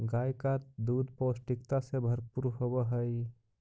गाय का दूध पौष्टिकता से भरपूर होवअ हई